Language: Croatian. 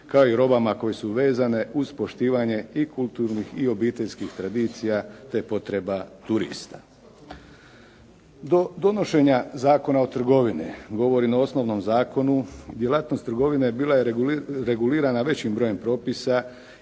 kao i robama koje su vezane uz poštivanje i kulturnih i obiteljskih tradicija te potreba turista. Do donošenja Zakona o trgovini, govorim o osnovnom zakonu, djelatnost trgovina je bila regulirana većim brojem propisa